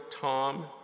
Tom